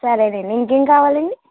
సరేలేండి ఇంకేం కావాలండి